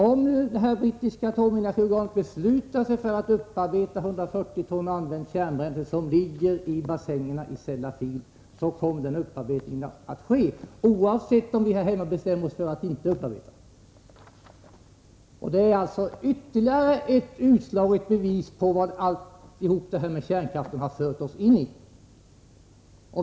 Om det brittiska atomenergiorganet beslutar sig för att upparbeta 140 ton använt kärnbränsle som ligger i bassängerna i Sellafield kommer den upparbetningen att ske, oavsett om vi här hemma bestämmer oss för att inte upparbeta. Det är ytterligare ett utslag av vad kärnkraften har fört oss ini.